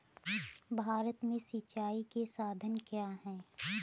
भारत में सिंचाई के साधन क्या है?